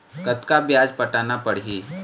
कतका ब्याज पटाना पड़ही?